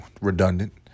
redundant